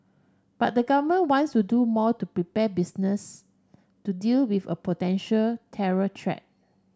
but the government wants to do more to prepare business to deal with a potential terror threat